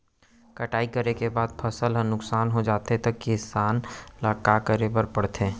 कटाई करे के बाद फसल ह नुकसान हो जाथे त किसान ल का करे बर पढ़थे?